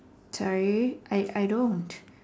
sorry I I don't